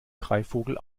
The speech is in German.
greifvogel